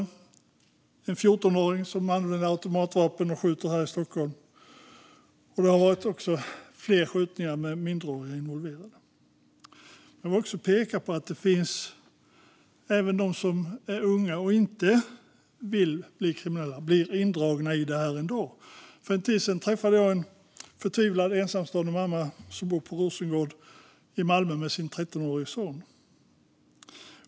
Det handlar om en 14-åring som har skjutit med automatvapen här i Stockholm. Det har skett flera skjutningar med minderåriga involverade. Jag vill också peka på att det finns unga som inte vill bli kriminella men som ändå blir indragna i detta. För en tid sedan träffade jag en förtvivlad ensamstående mamma som bor på Rosengård i Malmö med sin 13årige son.